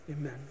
Amen